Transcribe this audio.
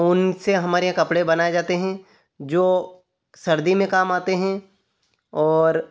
ऊन से हमारे यहाँ कपड़े बनाए जाते हैं जो सर्दी में काम आते हैं और